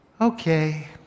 Okay